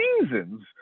seasons